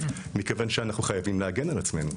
מכיוון שאנחנו חייבים להגן על עצמנו.